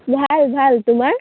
ভাল ভাল তোমাৰ